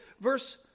verse